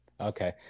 Okay